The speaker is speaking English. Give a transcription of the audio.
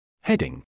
Heading